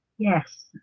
Yes